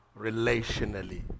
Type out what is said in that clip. relationally